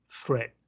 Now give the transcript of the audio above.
threat